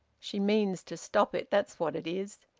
she means to stop it! that's what it is!